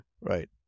Right